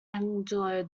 angelo